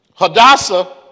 Hadassah